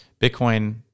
Bitcoin